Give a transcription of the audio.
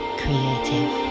creative